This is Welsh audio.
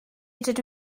dydw